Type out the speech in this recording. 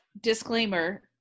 Disclaimer